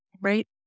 right